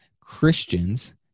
Christians